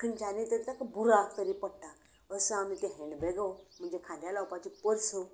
खंयच्यानय तरी तेकां बुरांक तरी पडटा असो आमी त्यो हेन्ड बेगो म्हणजे खांद्या लावपाच्यो पर्सो